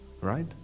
right